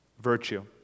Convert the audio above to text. virtue